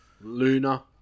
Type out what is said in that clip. Luna